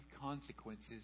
consequences